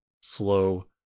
slow